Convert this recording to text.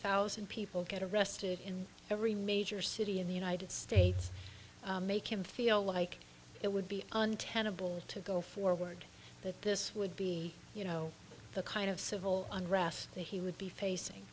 thousand people get arrested in every major city in the united states make him feel like it would be untenable to go forward that this would be you know the kind of civil unrest that he would be facing